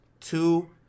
two